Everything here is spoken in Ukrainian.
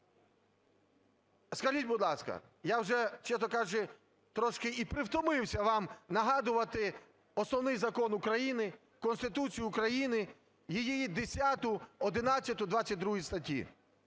Скажіть, будь ласка, я вже, чесно кажучи, трішки і притомився вам нагадувати Основний Закон України - Конституцію України, її 10, 11, 22 статті,